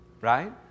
right